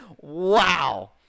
Wow